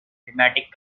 thematic